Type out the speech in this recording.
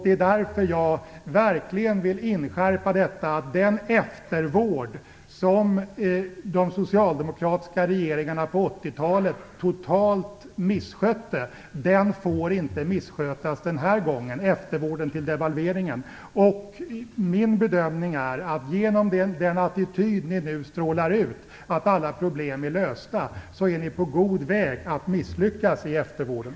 Det är därför som jag verkligen vill inskärpa att den eftervård som de socialdemokratiska regeringarna på 1980-talet totalt misskötte inte får misskötas den här gången, dvs. eftervården till devalveringen. Min bedömning är att ni, genom den attityd som ni nu strålar ut, dvs. att alla problem är lösta, är på god väg att misslyckas i eftervården.